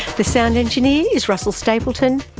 the sound engineer is russell stapleton.